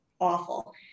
awful